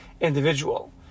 individual